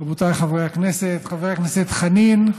רבותיי חברי הכנסת, חבר הכנסת חנין,